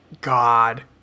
God